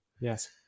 Yes